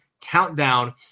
countdown